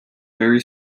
barry